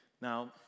Now